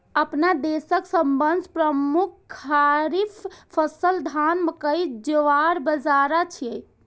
अपना देशक सबसं प्रमुख खरीफ फसल धान, मकई, ज्वार, बाजारा छियै